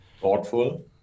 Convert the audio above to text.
Thoughtful